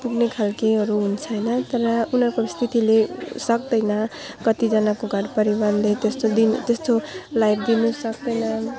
पुग्ने खालकोहरू हुन्छ होइन तर उनीहरूको स्थितिले सक्दैन कतिजनाको घर परिवारले त्यस्तो दिन त्यस्तो लाइफ दिनु सक्दैनन्